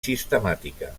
sistemàtica